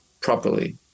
properly